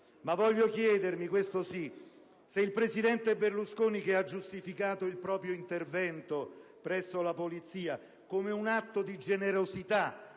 ma voglio chiedermi, questo sì, se il presidente Berlusconi, che ha giustificato il proprio intervento presso la Polizia come un atto di generosità